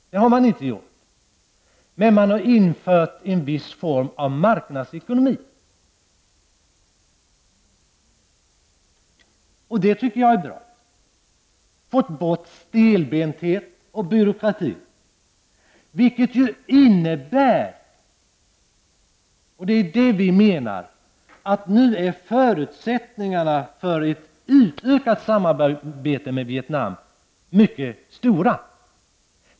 Man har dock infört en viss form av marknadsekonomi, och det tycker jag är bra. Man har fått bort stelbentheten och byråkratin. Vi menar att förutsättningarna för ett utökat samarbete med Vietnam nu är mycket goda.